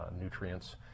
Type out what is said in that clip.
nutrients